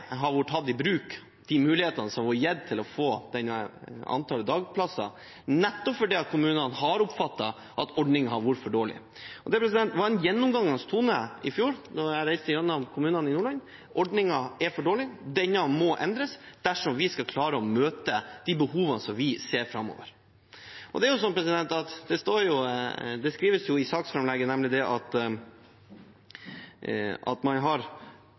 har vært for dårlig. Dette var en gjennomgangstone i fjor, da jeg reiste gjennom kommunene i Nordland: Ordningen er for dårlig. Den må endres dersom vi skal klare å møte de behovene som vi ser framover. Det skrives i saksframlegget at man har